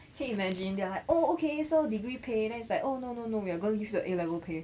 can you imagine they're like oh okay so degree pay then it's like oh no no no we are going to give you a A level pay